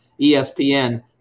ESPN